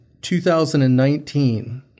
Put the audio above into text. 2019